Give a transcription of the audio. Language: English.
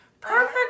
Perfect